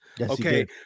Okay